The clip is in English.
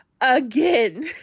again